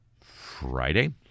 Friday